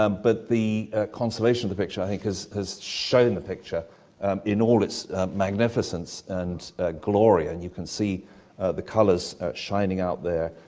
um but the conservation of the picture, i think, has has shown the picture in all its magnificence and glory and you can see the colours shining out there.